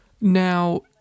Now